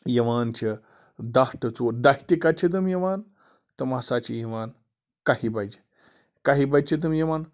یِوان چھِ دَہ ٹُہ ژور دَہہِ تہِ کَتہِ چھِ تِم یِوان تِم ہَسا چھِ یِوان کَہہِ بَجہِ کَہہِ بَجہِ چھِ تِم یِوان